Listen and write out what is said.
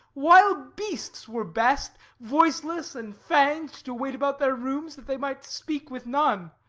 wild beasts were best, voiceless and fanged, to wait about their rooms, that they might speak with none,